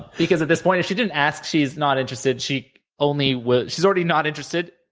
because at this point, if she didn't ask, she's not interested. she only was she's already not interested.